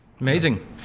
Amazing